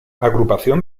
agrupación